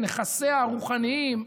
לנכסיה הרוחניים,